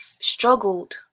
struggled